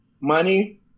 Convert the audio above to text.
Money